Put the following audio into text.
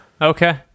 Okay